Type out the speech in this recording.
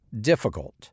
difficult